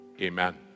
Amen